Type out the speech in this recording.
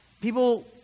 People